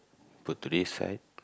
put to this side